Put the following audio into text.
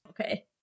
Okay